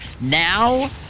now